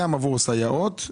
גם עבור הסייעות,